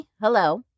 Hello